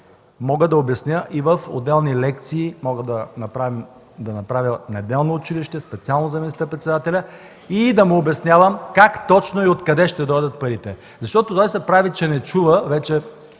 Мога да обясня и в отделни лекции, мога да направя неделно училище, специално за министър-председателя, и да му обяснявам как точно и откъде ще дойдат парите. Защото той се прави, че не чува може